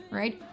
right